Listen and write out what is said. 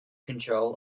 control